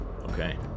Okay